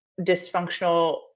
dysfunctional